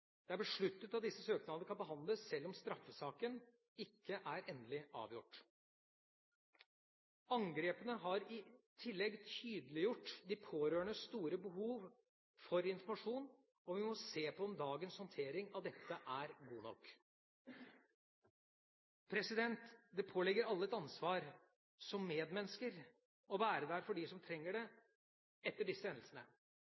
Det er besluttet at disse søknadene kan behandles sjøl om straffesaken ikke er endelig avgjort. Angrepene har i tillegg tydeliggjort de pårørendes store behov for informasjon, og vi må se på om dagens håndtering av dette er god nok. Det påligger alle et ansvar som medmennesker å være der for dem som trenger